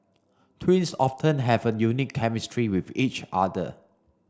twins often have a unique chemistry with each other